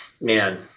Man